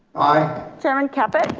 aye. chairman caput.